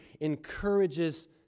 encourages